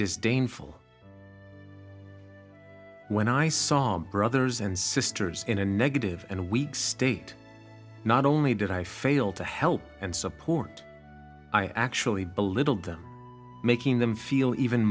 disdainful when i saw my brothers and sisters in a negative and weak state not only did i fail to help and support i actually belittled them making them feel even